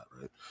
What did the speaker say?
right